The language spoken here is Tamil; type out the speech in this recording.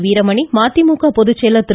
வீரமணி மதிமுக பொதுச்செயலர் திரு